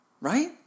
right